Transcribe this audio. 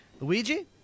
Luigi